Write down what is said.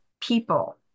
people